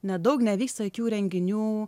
nedaug nevyksta jokių renginių